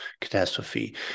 catastrophe